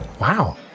Wow